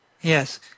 Yes